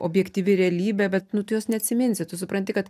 objektyvi realybė bet nu tu jos neatsiminsi tu supranti kad